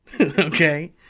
okay